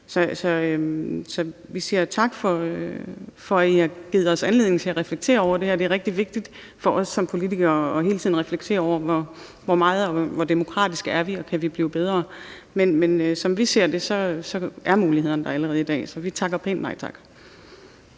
Vi siger tak for, at I har givet os anledning til at reflektere over det her. Det er rigtig vigtigt for os som politikere hele tiden at reflektere over, hvor demokratiske vi er, og om vi kan blive bedre. Men som vi ser det, er mulighederne der allerede i dag, så vi takker pænt nej tak.